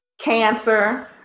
cancer